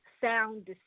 sound